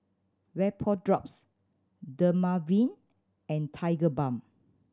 Vapodrops Dermaveen and Tigerbalm